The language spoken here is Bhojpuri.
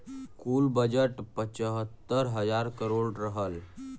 कुल बजट पचहत्तर हज़ार करोड़ रहल